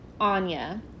anya